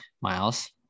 Miles